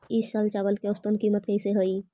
ई साल चावल के औसतन कीमत कैसे हई?